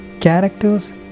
Characters